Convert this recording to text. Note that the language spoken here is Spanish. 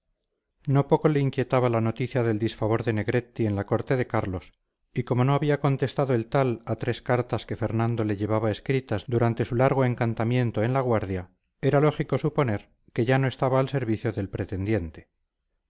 no poco le inquietaba la noticia del disfavor de negretti en la corte de carlos y como no había contestado el tal a tres cartas que fernando le llevaba escritas durante su largo encantamiento en la guardia era lógico suponer que ya no estaba al servicio del pretendiente